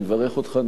אני מברך אותך.